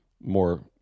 more